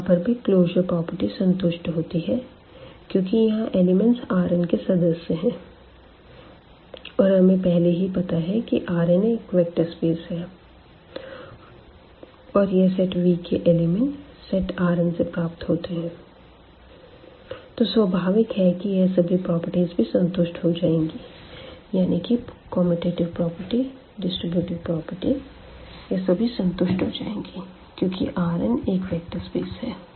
यहां पर भी क्लोजर प्रॉपर्टी संतुष्ट होती है क्योंकि यहां एलिमेंट्स Rnके सदस्य है और हमें पहले ही पता है कि Rn एक वेक्टर स्पेस है और यह सेट Vके एलिमेंट सेट Rn से प्राप्त होते हैं तो स्वाभाविक है कि यह सभी प्रॉपर्टीज भी संतुष्ट हो जाएँगी यानी कि कमयुटेटिव प्रॉपर्टी डिस्ट्रीब्यूटिव प्रॉपर्टी यह सभी संतुष्ट हो जाएँगी क्योंकि Rnएक वेक्टर स्पेस है